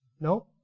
No